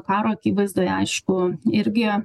karo akivaizdoje aišku irgi